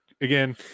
again